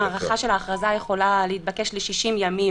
ההארכה של ההכרזה יכולה להתבקש ל-60 ימים,